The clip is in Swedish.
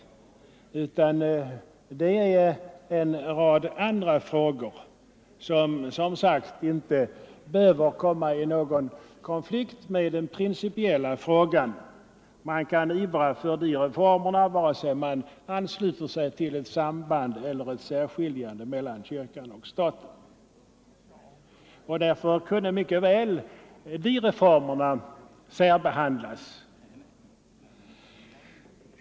Det finns emellertid en rad andra frågor, som inte behöver beröra den principiella frågan. Man kan ivra för de reformerna vare sig man ansluter sig till ett samband mellan eller ett särskiljande av kyrkan och staten. Därför kunde mycket väl dessa reformer särbehandlas.